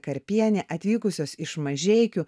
karpienė atvykusios iš mažeikių